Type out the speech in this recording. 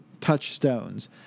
touchstones